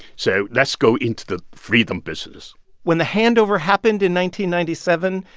so let's go into the freedom business when the handover happened in ninety ninety seven,